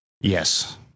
Yes